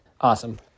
Awesome